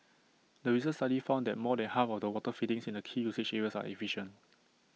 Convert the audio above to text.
the recent study found that more than half of the water fittings in the key usage areas are efficient